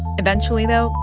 eventually, though,